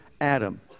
Adam